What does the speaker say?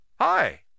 hi